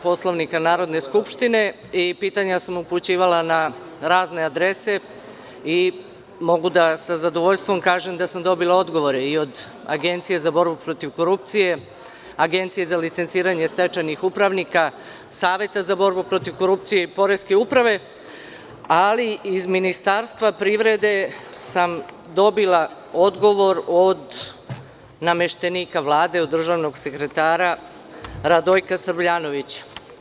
Poslovnika Narodne skupštine i pitanja sam upućivala na razne adrese i mogu da sa zadovoljstvom kažem da sam dobila odgovore i od Agencije za borbu protiv korupcije, Agencije za licenciranje stečajnih upravnika, Saveta za borbu protiv korupcije i Poreske uprave, ali iz Ministarstva privrede sam dobila odgovor od nameštenika Vlade, državnog sekretara Radojka Srbljanovića.